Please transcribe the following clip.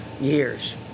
years